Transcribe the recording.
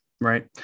right